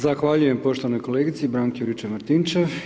Zahvaljujem poštovanoj kolegici Branki Juričev-Martinčev.